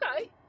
okay